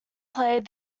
played